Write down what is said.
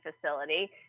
facility